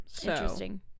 interesting